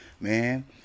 man